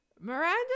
Miranda